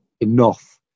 enough